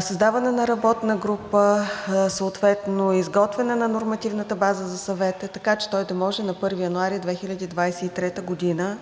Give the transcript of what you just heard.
създаване на работна група, съответно изготвяне на нормативната база за Съвета, така че той да може на 1 януари 2023 г. да